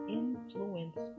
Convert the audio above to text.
influence